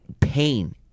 pain